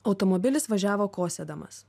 automobilis važiavo kosėdamas